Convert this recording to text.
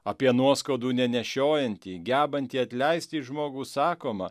apie nuoskaudų nenešiojantį gebantį atleisti žmogų sakoma